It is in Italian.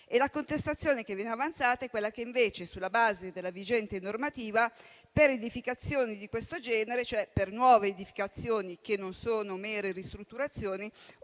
La contestazione che viene avanzata è che invece, sulla base della vigente normativa, per edificazioni di questo genere, cioè per nuove edificazioni che non sono mere ristrutturazioni,